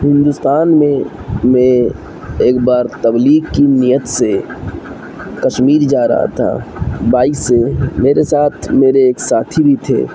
ہندوستان میں میں ایک بار تبلیغ کی نیت سے کشمیر جا رہا تھا بائک سے میرے ساتھ میرے ایک ساتھی بھی تھے